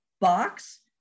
box